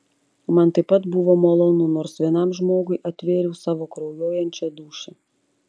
man taip pat buvo malonu nors vienam žmogui atvėriau savo kraujuojančią dūšią